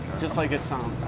just like it sounds.